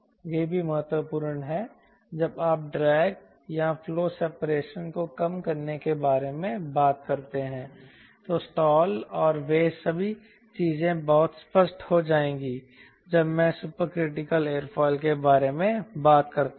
यह भी महत्वपूर्ण है जब आप ड्रैग या फ्लो सेपरेशन को कम करने के बारे में बात करते हैं तो स्टाल और वे सभी चीजें बहुत स्पष्ट हो जाएंगी जब मैं सुपरक्रिटिकल एयरफॉइल के बारे में बात करता हूं